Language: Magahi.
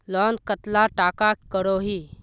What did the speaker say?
लोन कतला टाका करोही?